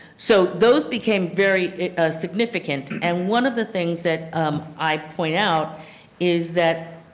so those became very significant. and one of the things that um i point out is that